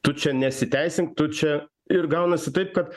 tu čia nesiteisink tu čia ir gaunasi taip kad